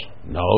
No